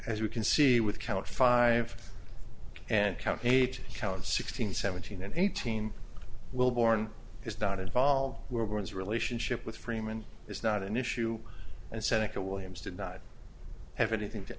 as we can see with count five and count eight counts sixteen seventeen and eighteen will born is not involved we're going to relationship with freeman is not an issue and seneca williams did not have anything to